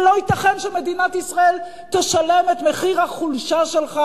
ולא ייתכן שמדינת ישראל תשלם את מחיר החולשה שלך